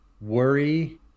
worry